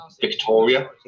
victoria